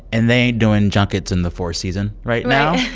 and they ain't doing junkets and the four seasons right now.